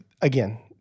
Again